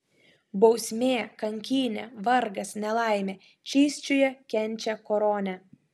bausmė kankynė vargas nelaimė čysčiuje kenčia koronę